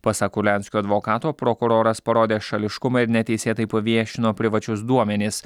pasak kurlianskio advokato prokuroras parodė šališkumą ir neteisėtai paviešino privačius duomenis